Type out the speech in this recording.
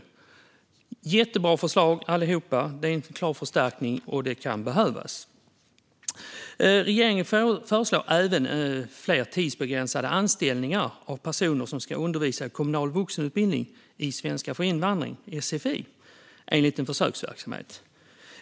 Det är jättebra förslag som innebär en klar förstärkning som kan behövas. Regeringen föreslår även fler tidsbegränsade anställningar av personer som ska undervisa i kommunal vuxenutbildning i svenska för invandrare, sfi, i en försöksverksamhet.